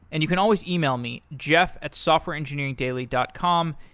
and you can always e-mail me, jeff at softwareengineeringdaily dot com,